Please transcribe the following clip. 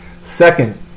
Second